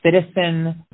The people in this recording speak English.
citizen